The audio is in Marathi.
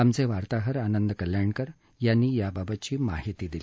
आमचे वार्ताहर आनंद कल्याणकर यांनी याबाबत माहिती दिली